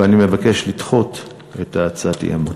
ואני מבקש לדחות את הצעת האי-אמון.